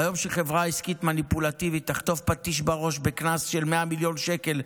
ביום שחברה עסקית מניפולטיבית תחטוף פטיש בראש בקנס של 100 מיליון שקל,